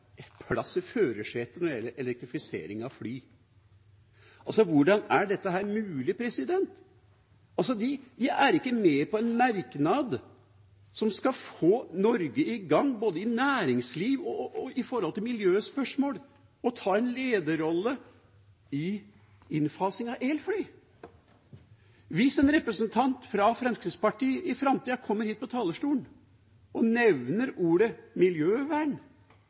plass i førersetet når det gjelder elektrifisering av fly. Hvordan er det mulig? De er ikke med på en merknad som skal få Norge i gang, når det gjelder både næringslivet og miljøspørsmål, og få Norge til å ta en lederrolle i innfasingen av elfly. Hvis en representant fra Fremskrittspartiet i framtida kommer hit på talerstolen og nevner